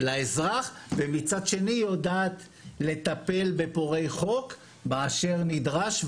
לאזרח ומצד שני היא יודעת לטפל בפורעי חוק באשר נדרש.